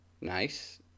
Nice